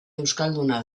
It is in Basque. euskalduna